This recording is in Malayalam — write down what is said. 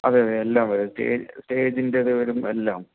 അതേ അതേ എല്ലാം വരും സ്റ്റേജ് സ്റ്റേജിൻ്റെ അത് വരും എല്ലാം